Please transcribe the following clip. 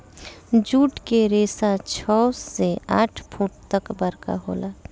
जुट के रेसा छव से आठ फुट तक बरका होला